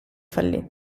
fallì